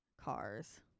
cars